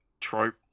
trope